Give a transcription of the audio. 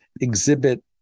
exhibit